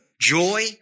joy